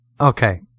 Okay